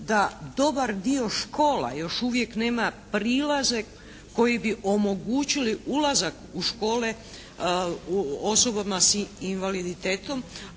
da dobar dio škola još uvijek nema prilaze koji bi omogućili ulazak u škole osobama s invaliditetom.